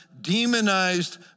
demonized